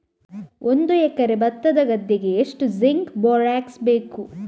ಒಂದು ಎಕರೆ ಭತ್ತದ ಗದ್ದೆಗೆ ಎಷ್ಟು ಜಿಂಕ್ ಬೋರೆಕ್ಸ್ ಬೇಕು?